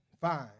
fine